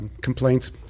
complaints